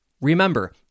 Remember